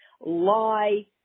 lie